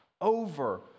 over